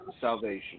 Salvation